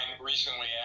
recently